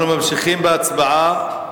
אנחנו ממשיכים בהצבעה,